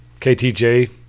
KTJ